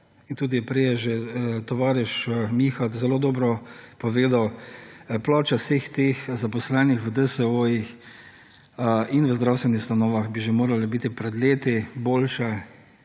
in tudi prej je že tovariš Miha zelo dobro povedal, plače vseh teh zaposlenih v DSO-jih in v zdravstvenih ustanovah bi že morale biti pred leti boljše